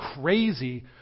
crazy